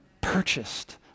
Purchased